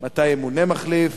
3. מתי ימונה מחליף?